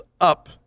up